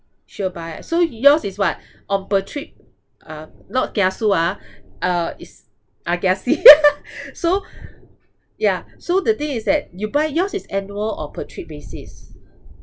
sure buy ah so yours is what on per trip uh not kiasu ah uh is ah kiasi so yeah so the thing is that you buy yours is annual or per trip basis